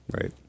right